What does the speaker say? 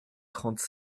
trente